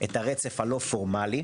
את הרצף הלא פורמלי,